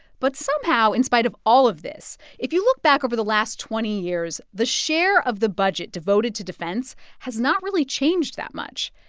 but somehow, in spite of all of this, if you look back over the last twenty years, the share of the budget devoted to defense has not really changed that much.